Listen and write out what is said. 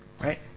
Right